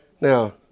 Now